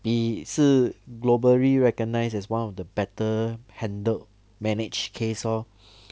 we 是 globally recognised as one of the better handled managed case lor